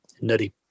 Nutty